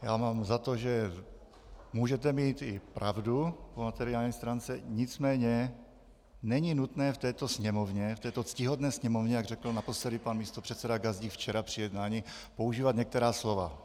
Já mám za to, že můžete mít i pravdu po materiální stránce, nicméně není nutné v této Sněmovně, v této ctihodné Sněmovně, jak řekl naposledy pan místopředseda Gazdík včera při jednání, používat některá slova.